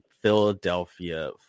Philadelphia